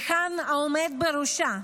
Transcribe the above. היכן העומד בראשה?